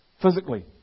Physically